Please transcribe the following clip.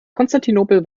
konstantinopel